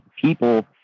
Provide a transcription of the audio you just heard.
people